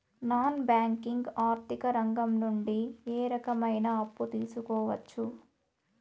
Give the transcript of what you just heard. Non banking ఆర్థిక రంగం నుండి ఏ రకమైన అప్పు తీసుకోవచ్చు?